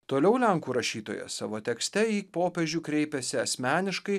toliau lenkų rašytojas savo tekste į popiežių kreipiasi asmeniškai